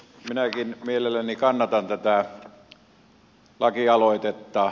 minäkin mielelläni kannatan tätä lakialoitetta